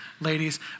ladies